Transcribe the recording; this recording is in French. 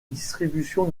distribution